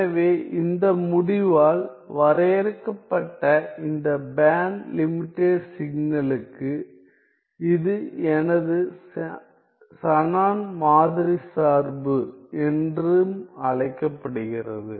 எனவே இந்த முடிவால் வரையறுக்கப்பட்ட இந்த பேண்ட் லிமிடெட் சிக்னலுக்கு இது எனது ஷானன் மாதிரி சார்பு என்றும் அழைக்கப்படுகிறது